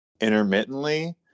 intermittently